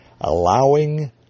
Allowing